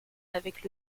avec